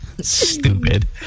Stupid